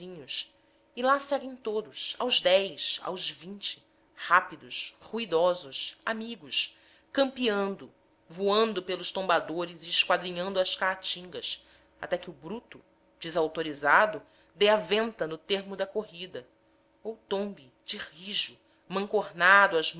e lá seguem todos aos dez aos vinte rápidos ruidosos amigos campeando voando pelos tombadores e esquadrinhando as caatingas até que o bruto desautorizado dê a venta no termo da corrida ou tombe de rijo mancornado às